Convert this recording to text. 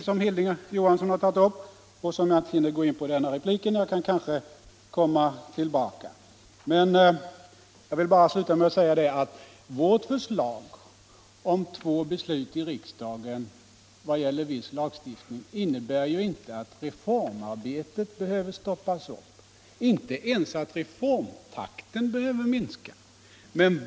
Dem hinner jag inte gå in på i den här repliken — jag kan kanske återkomma till dem. Jag vill sluta med att säga att vårt förslag om två beslut i riksdagen när det gäller viss lagstiftning inte innebär att reformarbetet behöver stoppas upp, inte ens att reformtakten behöver minskas.